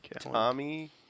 Tommy